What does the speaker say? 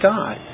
God